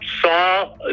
saw